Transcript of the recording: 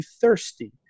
thirsty